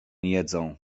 jedzą